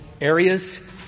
areas